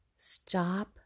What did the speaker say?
Stop